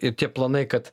ir tie planai kad